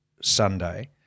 Sunday